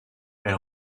elle